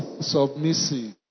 Submissive